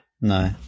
No